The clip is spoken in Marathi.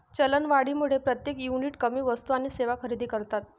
चलनवाढीमुळे प्रत्येक युनिट कमी वस्तू आणि सेवा खरेदी करतात